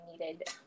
needed